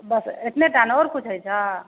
बस एतने टा ने आओर किछु होइ छऽ